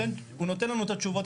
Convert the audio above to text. הוא נותן לנו את התשובות.